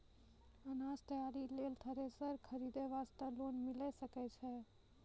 अनाज तैयारी लेल थ्रेसर खरीदे वास्ते लोन मिले सकय छै?